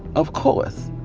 of course.